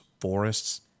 forests